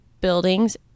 buildings